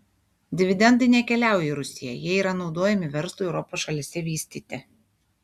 dividendai nekeliauja į rusiją jie yra naudojami verslui europos šalyse vystyti